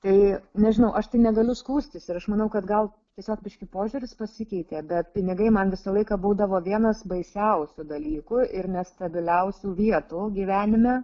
tai nežinau aš tai negaliu skųstis ir aš manau kad gal tiesiog biškį požiūris pasikeitė bet pinigai man visą laiką būdavo vienas baisiausių dalykų ir nestabiliausių vietų gyvenime